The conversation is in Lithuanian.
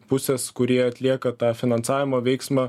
pusės kurie atlieka tą finansavimo veiksmą